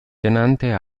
tenante